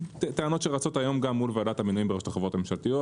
טענות שרצות היום גם מול ועדת המינויים ברשות החברות הממשלתיות.